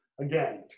Again